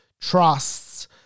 trusts